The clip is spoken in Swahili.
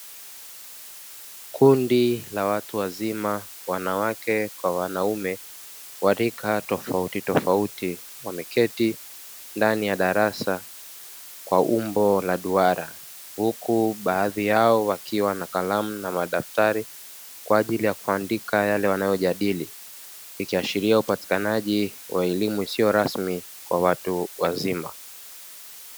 Kundi la watu wazima (wanawake kwa wanaume) wa rika tofautitofauti wameketi ndani ya darasa kwa umbo la duara. Huku baadhi yao wakiwa na kalamu na madaftari kwa ajili ya kuandika yale wanayojadili. Ikiashiria upatikanaji wa elimu isiyo rasmi kwa watu wazima.